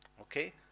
okay